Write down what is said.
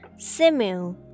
simu